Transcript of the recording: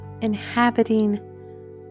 inhabiting